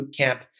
bootcamp